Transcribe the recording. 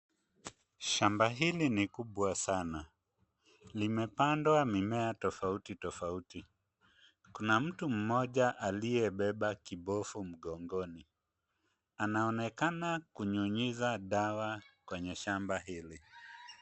Shamba hili ni kubwa sana. Limepandwa mimea tofauti tofauti. Kuna mtu mmoja aliyebeba kibofu mgongoni. Anaonekana kunyunyiza dawa kwenye shamba hili.